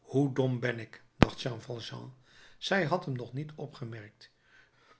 hoe dom ben ik dacht jean valjean zij had hem nog niet opgemerkt